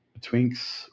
twinks